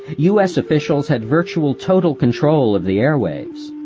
u s. officials had virtual total control of the airwaves.